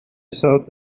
thought